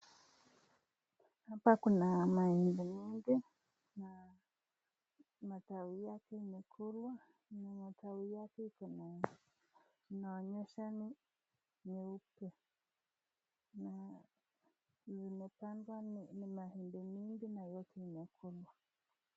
Hapa kuna mahindi mingi na matawi yake imekulwa na matawi yake iko na inaonyesha ni nyeupe na zimepandwa ni mahindi mingi na yote imekulwa.